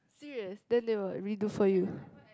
serious then they will redo for you